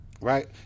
Right